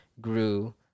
grew